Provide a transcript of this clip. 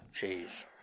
Jeez